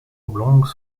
oblongue